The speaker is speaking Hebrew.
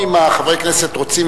אם חברי הכנסת רוצים,